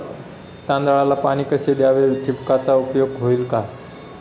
तांदळाला पाणी कसे द्यावे? ठिबकचा उपयोग होईल का?